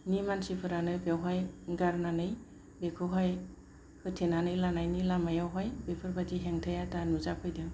नि मानसिफोरानो बेवहाय गारनानै बेखौहाय होथेनानै लानायनि लामायावहाय बेफोरबायदि हेंथाया दा नुजाफैदों